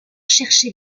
chercher